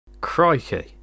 Crikey